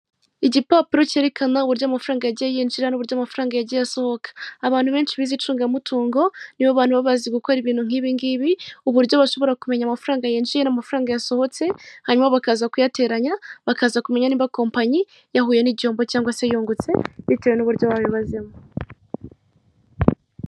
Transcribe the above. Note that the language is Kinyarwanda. Igipapuro cyerekana uburyo amafaranga yagiye yinjira n'uburyo amafaranga yagiye asohoka, abantu benshi bize icungamutungo nibo bari baba bazi gukora ibintu nkibingibi, uburyo bashobora kumenya amafaranga yinjiyemo, amafaranga yasohotse hanyuma bakaza kuyateranya bakaza kumenya niba kompanyi yahuye n'icyombo cyangwa se yungutse bitewe n'uburyo babibazemo.